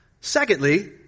Secondly